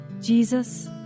Jesus